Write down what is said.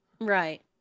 right